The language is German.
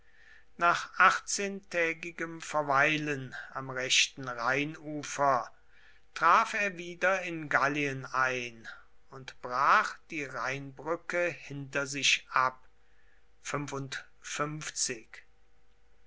nach achtzehntägigem verweilen am rechten rheinufer traf er wieder in gallien ein und brach die rheinbrücke hinter sich ab